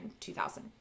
2000